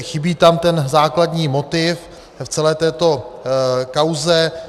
Chybí tam ten základní motiv v celé této kauze.